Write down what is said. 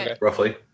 Roughly